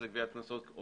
אז